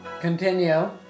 Continue